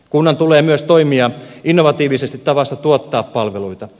kunnan tulee myös toimia innovatiivisesti tavassa tuottaa palveluita